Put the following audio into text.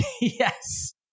Yes